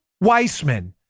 Weissman